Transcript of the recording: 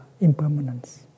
impermanence